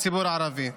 הציבור הערבי.